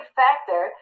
factor